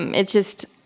um it's just,